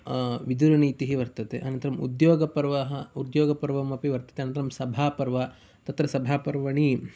विदुरनीतिः वर्तते अनन्तरम् उद्योगपर्वः उद्योगपर्वम् अपि वर्तते अनन्तरं सभापर्व तत्र सभापर्वणि